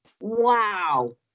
Wow